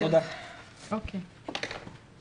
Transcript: "בדיקה